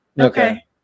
Okay